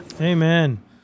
Amen